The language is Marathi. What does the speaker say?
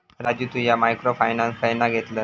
राजू तु ह्या मायक्रो फायनान्स खयना घेतलस?